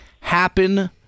happen